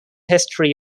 history